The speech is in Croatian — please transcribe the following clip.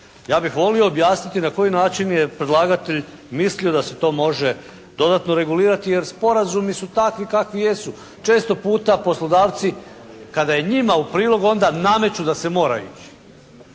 Ja bih volio objasniti na koji način je predlagatelj mislio da se to može dodatno regulirati jer sporazumi su takvi kakvi jesu. Često puta poslodavci kada je njima u prilog onda nameću da se mora ići.